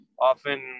often